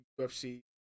UFC